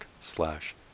slash